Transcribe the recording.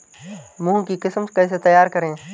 मूंग की किस्म कैसे तैयार करें?